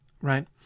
right